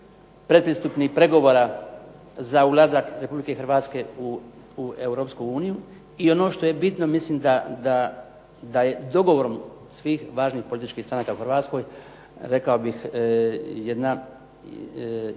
predpristupnih pregovora za ulazak Republike Hrvatske u Europsku uniju i ono što je bitno mislim da je dogovorom svih važnih političkih stranka u Hrvatskoj, rekao bih jedna dvojba